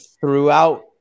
throughout